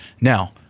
Now